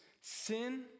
sin